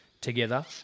together